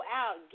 out